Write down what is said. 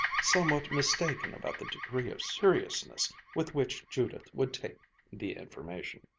somewhat mistaken about the degree of seriousness with which judith would take the information.